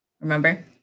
Remember